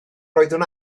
roeddwn